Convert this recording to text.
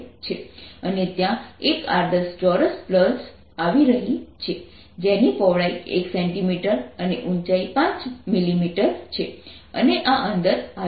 અને ત્યાં એક આદર્શ ચોરસ પલ્સ આવી રહી છે જેની પહોળાઇ 1 cm અને ઊંચાઈ 5 mm છે અને આ અંદર આવે છે